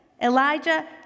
Elijah